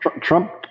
Trump